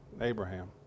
Abraham